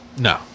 No